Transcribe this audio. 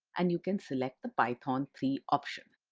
and you can select the python three option.